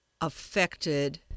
affected